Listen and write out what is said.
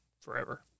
forever